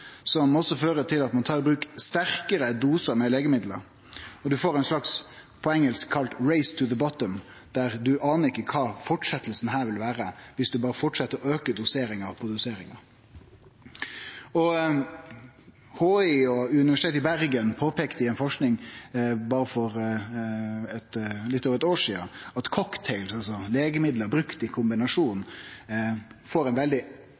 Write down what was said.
som også fører til at ein må ta i bruk sterkare dosar legemiddel, og ein får det som på engelsk er kalla «race to the bottom», der ein ikkje aner kva fortsetjinga vil vere om du berre fortset å auke doseringar på doseringar. HI og Universitetet i Bergen påpeikte i forsking for berre litt over eit år sidan at ein cocktail, altså legemiddel brukte i kombinasjon, får ein veldig